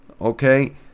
Okay